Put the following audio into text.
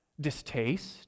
distaste